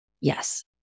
Yes